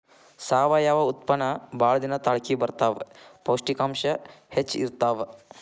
ಸಾವಯುವ ಉತ್ಪನ್ನಾ ಬಾಳ ದಿನಾ ತಾಳಕಿ ಬರತಾವ, ಪೌಷ್ಟಿಕಾಂಶ ಹೆಚ್ಚ ಇರತಾವ